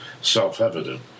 self-evident